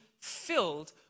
filled